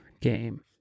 game